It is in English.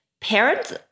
parents